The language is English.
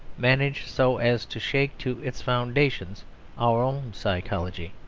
managed so as to shake to its foundations our own psychology.